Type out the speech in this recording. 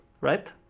right